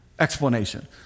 Explanation